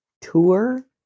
tour